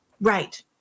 Right